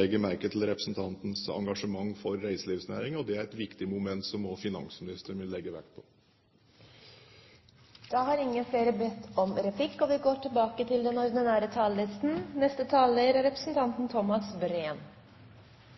legger merke til representantens engasjement for reiselivsnæringen, og det er et viktig moment som også finansministeren vil legge vekt på. Replikkordskiftet er dermed omme. De talere som heretter får ordet, har